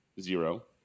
zero